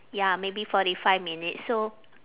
ya maybe forty five minutes so